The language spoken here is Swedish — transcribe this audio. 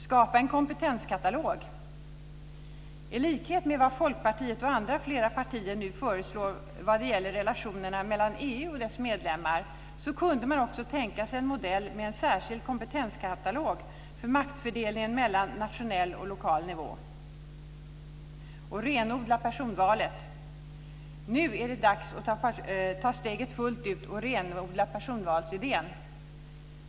Skapa en kompetenskatalog! I likhet med vad Folkpartiet och flera andra partier nu föreslår vad gäller relationerna mellan EU och dess medlemmar kunde man också tänka sig en modell med en särskild kompetenskatalog för maktfördelningen mellan nationell och lokal nivå. Renodla personvalet! Nu är det dags att ta steget fullt ut och renodla personvalsidén.